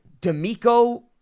D'Amico